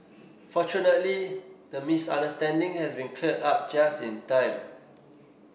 fortunately the misunderstanding has been cleared up just in time